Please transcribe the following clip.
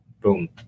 boom